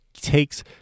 takes